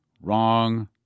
Wrong